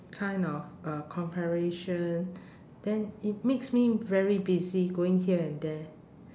kind of uh comparation then it makes me very busy going here and there